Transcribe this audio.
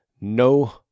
no